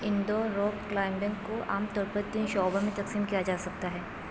Indore rock climbing کو عام طور پر تین شعبوں میں تقسیم کیا جا سکتا ہے